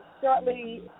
shortly